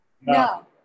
No